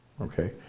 Okay